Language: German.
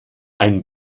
ein